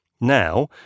Now